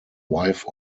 wife